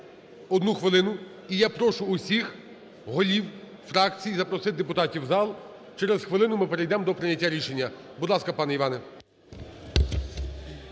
одну хвилину. І я прошу всіх голів фракцій запросити депутатів в зал, через хвилину ми перейдемо до прийняття рішення. Будь ласка, пане Іване.